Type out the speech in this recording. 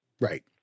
Right